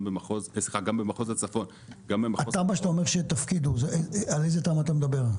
גם במחוז --- על איזו תמ"א אתה מדבר?